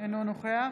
אינו נוכח